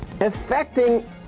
affecting